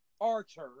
Archer